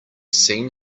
seen